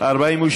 נתקבלו.